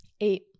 Eight